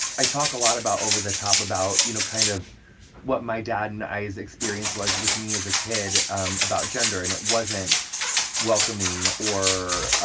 i talk a lot about over the top about, you know, kind of what my dad and i's experience was with me as a kid um about gender, and it wasn't welcoming or,